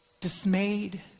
Dismayed